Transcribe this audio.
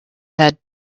head